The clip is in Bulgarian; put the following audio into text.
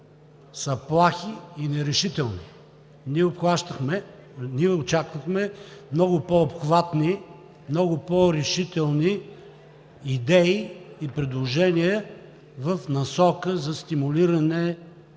са плахи и нерешителни. Ние очаквахме много по-обхватни, много по решителни идеи и предложения в насока за стимулиране